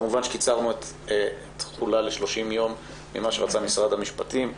כמובן שקיצרנו את התחולה ל-30 יום ממה שרצה משרד המשפטים,